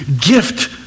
gift